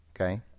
Okay